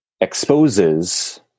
Exposes